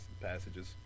passages